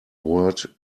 word